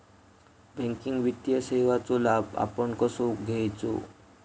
Banking वित्तीय सेवाचो लाभ आपण कसो घेयाचो?